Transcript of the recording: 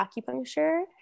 acupuncture